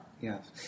Yes